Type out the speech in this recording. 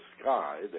sky